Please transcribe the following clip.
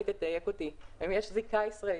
אם יש זיקה ישראלית,